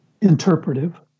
interpretive